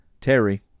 Terry